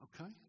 okay